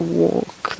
walk